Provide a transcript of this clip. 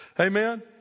amen